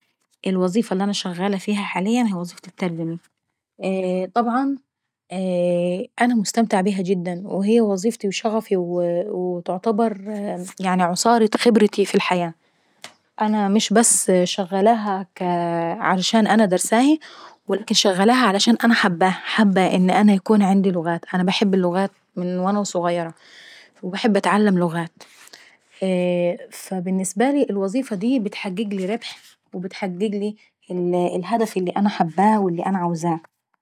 الوظيفة اللي انا شغالة فيها حاليا هي وظيفة الترجمي. طبعا انا مستمتعة بيها جدا وهي وظيفتي وشغفي وتعتبر يعني عصارة خبرتي في الحياة. أنا مش بس شغلاها كـ علشان أنا دراساهي، حابة ان يكون عيندي لغات من وانا وظغيرة، وباحب نتعلم لغات. فالبنسبة لي الوظيفة دي بتحققلي ربح وبتحققلي الهدف اللي انا حباه واللي انا عاوزاه.